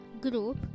group